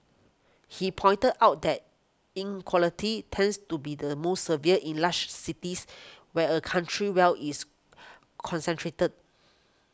he pointed out that inequality tends to be the most severe in large cities where a country's well is concentrated